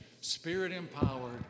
spirit-empowered